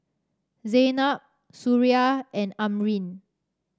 Zaynab Suria and Amrin